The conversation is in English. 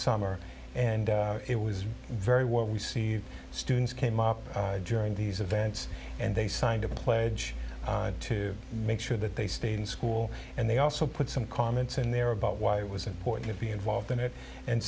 summer and it was very well received students came up during these events and they signed a pledge to make sure that the students school and they also put some comments in there about why it was important to be involved in it and